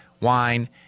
wine